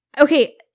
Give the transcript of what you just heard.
okay